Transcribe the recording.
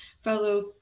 fellow